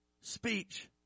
speech